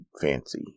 fancy